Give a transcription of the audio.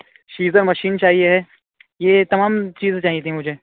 scissor machine چاہیے یہ تمام چیزیں چاہیے تھیں مجھے